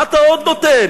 מה אתה עוד נותן?